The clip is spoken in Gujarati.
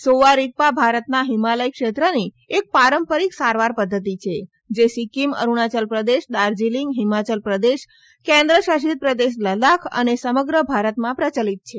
સોવા રિગ્યા ભારતના હિમાલય ક્ષેત્રની એક પારંપરીક સારવાર પદ્ધતિ છે જે સિક્કિમ અરૂણાયલ પ્રદેશ દાર્જીલીંગ હિમાયલ પ્રદેશ કેન્દ્ર શાસિત પ્રદેશ લદ્દાખ અને સમગ્ર ભારતમાં પ્રયલિત છે